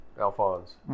Alphonse